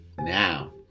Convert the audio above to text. now